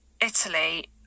Italy